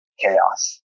chaos